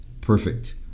Perfect